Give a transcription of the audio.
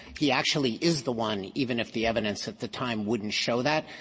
he actually is the one, even if the evidence at the time wouldn't show that.